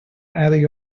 attic